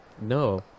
No